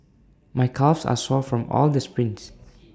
my calves are sore from all the sprints